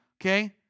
Okay